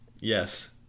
Yes